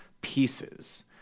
pieces